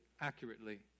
accurately